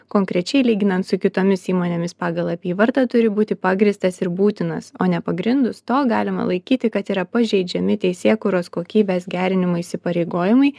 konkrečiai lyginant su kitomis įmonėmis pagal apyvartą turi būti pagrįstas ir būtinas o nepagrindus to galima laikyti kad yra pažeidžiami teisėkūros kokybės gerinimo įsipareigojimai